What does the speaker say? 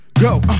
go